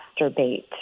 masturbate